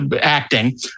acting